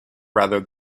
rather